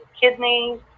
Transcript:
kidneys